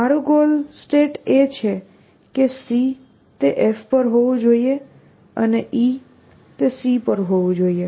મારું goal state એ છે કે C એ F પર હોવું જોઈએ અને E એ C પર હોવું જોઈએ